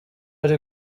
ari